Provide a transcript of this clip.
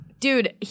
Dude